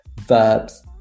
verbs